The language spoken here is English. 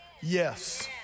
Yes